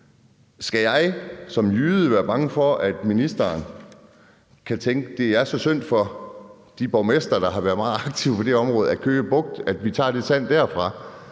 Skal jeg som jyde være bange for, at ministeren kan tænke, at det er så synd for de borgmestre, der har været meget aktive på det her område i Køge Bugt, at vi tager det sand derfra?